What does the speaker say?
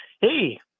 Hey